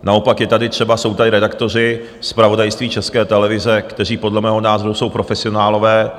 Naopak je tady třeba, jsou tady redaktoři zpravodajství České televize, kteří podle mého názoru jsou profesionálové.